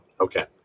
Okay